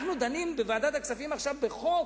אנחנו דנים בוועדת הכספים עכשיו בחוק